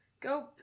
Go